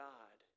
God